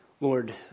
Lord